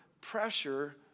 pressure